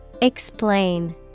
Explain